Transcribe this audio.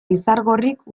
izargorrik